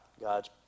God's